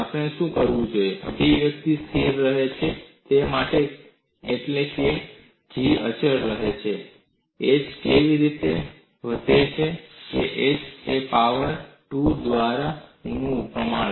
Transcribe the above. આપણે શું કરવું જોઈએ અભિવ્યક્તિ સ્થિર રહે તે માટે એટલે કે જી અચળ રહે છે એચમાં એવી રીતે વધારો કે h એ એ પાવર 2 દ્વારા 3 નું પ્રમાણ છે